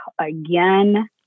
again